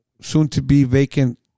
soon-to-be-vacant